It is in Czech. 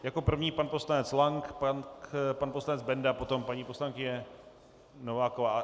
Jako první pan poslanec Lank, pak pan poslanec Benda, potom paní poslankyně Nováková.